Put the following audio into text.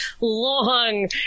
long